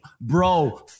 bro